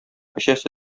эчәсе